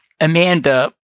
Amanda